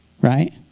right